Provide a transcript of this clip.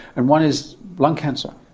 and one is lung cancer.